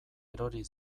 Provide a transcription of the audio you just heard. erori